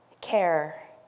Care